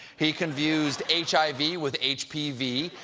he confused h i v. with h p v,